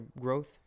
growth